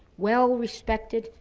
well respected,